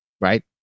right